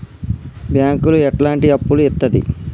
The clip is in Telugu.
బ్యాంకులు ఎట్లాంటి అప్పులు ఇత్తది?